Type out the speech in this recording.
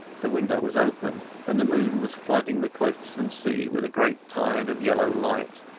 the window was open and the moon was flooding the cliffs and sea with a great tide of yellow light.